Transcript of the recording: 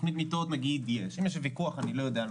היא מדברת על רשומות ואתה מדבר על